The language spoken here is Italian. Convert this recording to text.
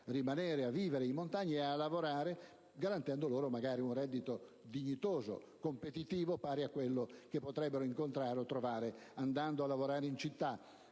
rimanere a vivere e a lavorare in montagna, garantendo loro magari un reddito dignitoso, competitivo, pari a quello che potrebbero trovare andando a lavorare in città.